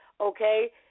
okay